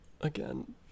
again